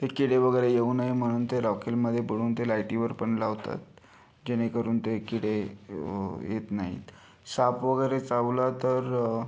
ते किडे वगैरे येऊ नये म्हणून ते रॉकेलमधे बुडवून ते लाइटवर पण लावतात जेणेकरून ते किडे येत नाहीत साप वगैरे चावला तर